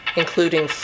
including